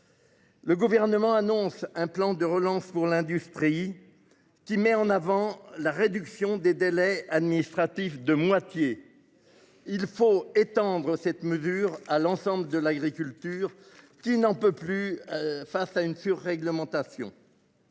Le gouvernement annonce un plan de relance pour l'industrie. Qui met en avant la réduction des délais administratifs de moitié. Il faut étendre cette mesure à l'ensemble de l'agriculture qui n'en peut plus. Face à une sur-réglementation.